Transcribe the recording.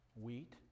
wheat